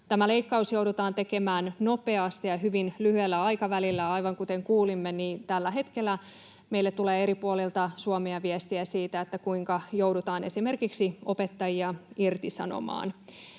Tämä leikkaus joudutaan tekemään nopeasti ja hyvin lyhyellä aikavälillä, ja aivan kuten kuulimme, tällä hetkellä meille tulee eri puolilta Suomea viestiä siitä, kuinka joudutaan esimerkiksi opettajia irtisanomaan.